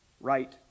right